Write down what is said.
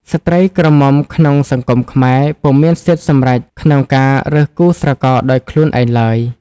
ស្ត្រីក្រមុំក្នុងសង្គមខ្មែរពុំមានសិទ្ធិសម្រេចក្នុងការរើសគូស្រករដោយខ្លួនឯងឡើយ ។